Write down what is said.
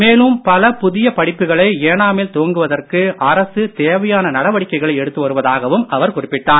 மேலும் பல புதிய படிப்புகளை ஏனாமில் துவக்குவதற்கு அரசு தேவையான நடவடிக்கைகளை எடுத்து வருவதாகவும் அவர் குறிப்பிட்டார்